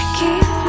keep